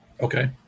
Okay